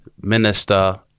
minister